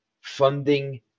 funding